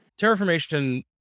Terraformation